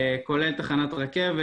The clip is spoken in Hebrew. כולל תחנת רכבת,